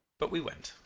but we went.